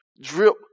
drip